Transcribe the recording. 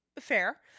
fair